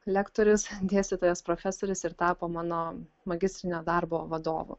lektorius dėstytojas profesorius ir tapo mano magistrinio darbo vadovu